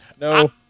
no